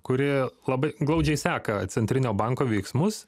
kuri labai glaudžiai seka centrinio banko veiksmus